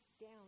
down